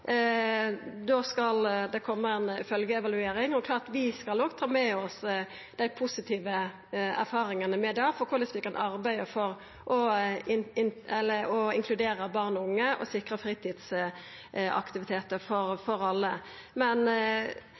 skal det koma ei følgjeevaluering. Det er klart at vi òg skal ta med oss dei positive erfaringane med det – korleis vi kan arbeida for å inkludera barn og unge og sikra fritidsaktiviteter for alle. Men